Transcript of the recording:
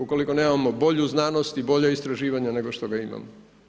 Ukoliko nemamo bolju znanost i bolja istraživanja nego što ga imamo.